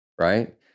right